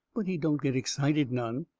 but he don't get excited none.